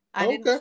Okay